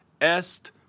est